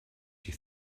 you